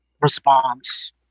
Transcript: response